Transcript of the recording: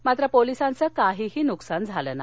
मात्र पोलिसांचं काहीही नुकसान झालं नाही